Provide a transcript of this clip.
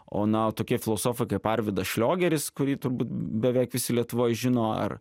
o na o tokie filosofai kaip arvydas šliogeris kurį turbūt beveik visi lietuvoj žino ar